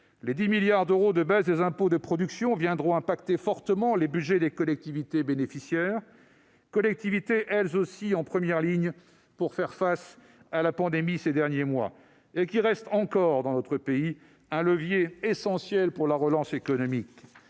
Les 10 milliards d'euros de baisse des impôts de production viendront impacter fortement les budgets des collectivités bénéficiaires, alors que les collectivités ont elles aussi été en première ligne pour faire face à la pandémie ces derniers mois et restent encore, dans notre pays, un levier essentiel de la relance économique,